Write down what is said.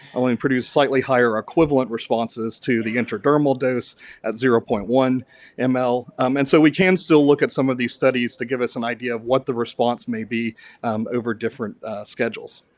only produce higher equivalent responses to the intradermal dose at zero point one and ml. um and so, we can still look at some of these studies to give us an idea of what the response maybe over different schedules.